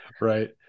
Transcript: Right